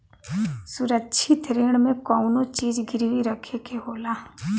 सुरक्षित ऋण में कउनो चीज गिरवी रखे के होला